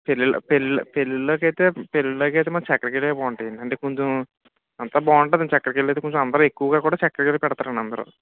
పెళ్ళిలో పెళ్ళిలో పెళ్ళిల్లోకి అయితే పెళ్ళిల్లోకి అయితే మన చక్రకేళియే బాగుంటాయండి అంటే కొంచెం అంతా బాగుంటుందండి చక్రకేళి అయితే కొంచెం అందరూ ఎక్కువగా కూడా చక్రకేళియే పెడతారండి అందరూ